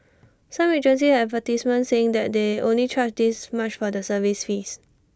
some agencies had advertisements saying that they only charge this much for the service fees